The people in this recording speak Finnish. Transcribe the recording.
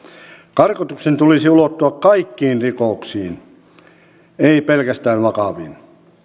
karkotuksen tulisi ulottua kaikkiin rikoksiin ei pelkästään vakaviin